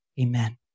amen